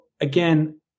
again